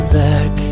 back